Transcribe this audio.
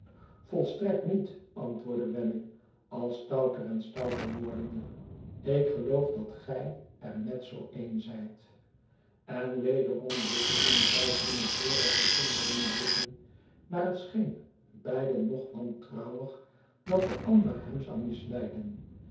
volstrekt niet antwoordde wemmick al stouter en stouter wordende ik geloof dat gij er net zoo een zijt en wederom wisselden zy hunne vorige zonderlinge blikken naar het scheen beiden nog wantrouwig dat de ander hem zou misleiden